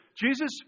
Jesus